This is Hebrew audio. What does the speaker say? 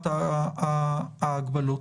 ההגבלות.